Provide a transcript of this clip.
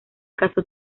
casó